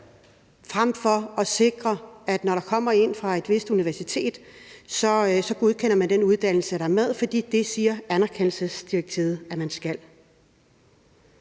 frem for at sikre, at når der kommer en fra et vist universitet, godkender man den uddannelse, for det siger anerkendelsesdirektivet at man skal?